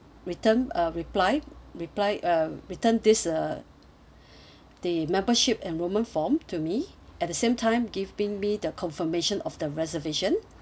return uh reply reply uh return this uh the membership enrolment form to me at the same time giving me the confirmation of the reservation